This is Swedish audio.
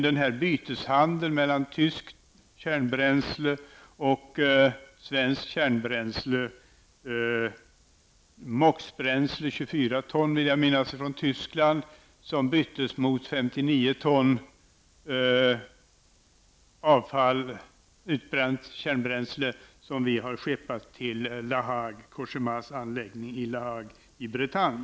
Det har vi gjort även om byteshandeln när tyskt MOX-bränsle -- 24 ton vill jag minnas -- byttes mot 59 ton utbränt kärnbränsle som har skeppats från Sverige till Cogémas anläggning La Hague i Bretagne.